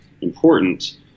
important